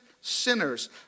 sinners